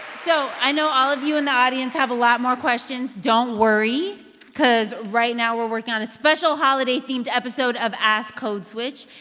so i know all of you in the audience have a lot more questions. don't worry because right now we're working on a special holiday-themed episode of ask code switch.